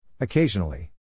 Occasionally